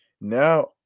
Now